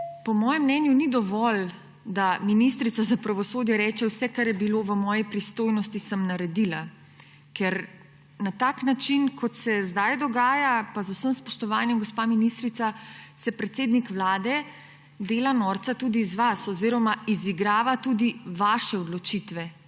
Po mojem mnenju ni dovolj, da ministrica za pravosodje reče, vse, kar je bilo v moji pristojnosti, sem naredila, ker na tak način, kot se zdaj dogaja, pa z vsem spoštovanjem, gospa ministrica, se predsednik Vlade dela norca tudi iz vas oziroma izigrava tudi vaše odločitve